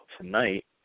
tonight